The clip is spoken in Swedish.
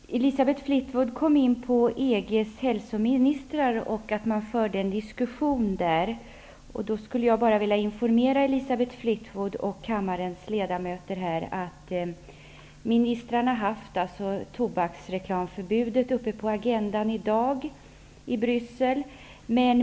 Herr talman! Elisabeth Fleetwood kom in på att EG:s hälsoministrar har fört en diskussion om detta. Då skulle jag vilja informera henne och kammarens ledamöter om att ministrarna hade tobaksreklamförbudet uppe på agendan i dag i Bryssel.